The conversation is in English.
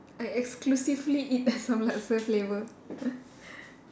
I exclusively eat asam laksa flavour